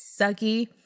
sucky